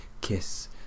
kiss